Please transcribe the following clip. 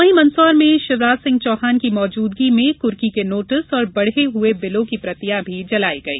वहीं मंदसौर में शिवराज सिंह चौहान की मौजूदगी में कुर्की के नोटिस और बढ़े हुए बिलों की प्रतियां भी जलाई गई